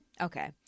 Okay